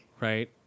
Right